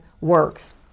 works